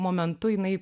momentu jinai